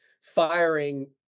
firing